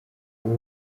uwo